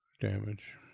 damage